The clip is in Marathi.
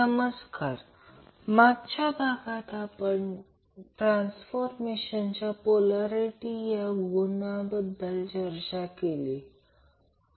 तर रेझोनन्ससाठी जे काही थोडे सिद्धांत आहेत ते आपण पाहिले आहेत